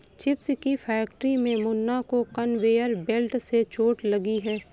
chips की factory में मुन्ना को कन्वेयर बेल्ट से चोट लगी है